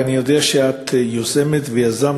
אני יודע שאת יוזמת ויזמת,